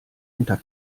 unter